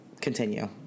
Continue